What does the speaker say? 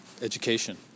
education